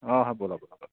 हा हा बोला बोला